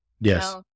Yes